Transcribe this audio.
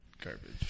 garbage